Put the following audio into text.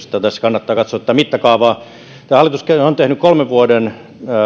tässä kannattaa katsoa tätä mittakaavaa tämä hallitus on tehnyt kolmen vuoden